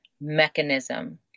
mechanism